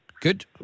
Good